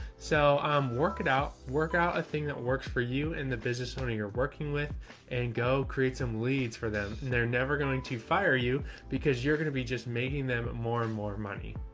so i'm work it out, work out a thing that works for you and the business owner you're working with and go create some leads for them and they're never going to fire you because you're going to be just making them more and more money.